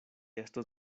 estos